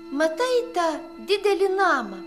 matai tą didelį namą